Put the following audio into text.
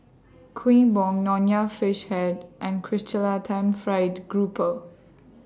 Kuih Bom Nonya Fish Head and Chrysanthemum Fried Grouper